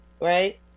right